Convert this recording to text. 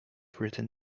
written